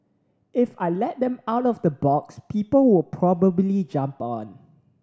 if I let them out of the box people will probably jump on